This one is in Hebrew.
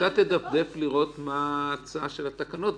אתה תדפדף לראות מה ההצעה של התקנות.